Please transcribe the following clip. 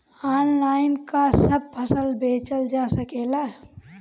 Online का सब फसल बेचल जा सकेला?